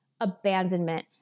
abandonment